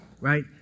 right